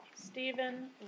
Stephen